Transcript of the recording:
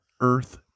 Earth